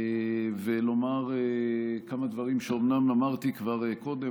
ולומר כמה דברים שאומנם אמרתי כבר קודם,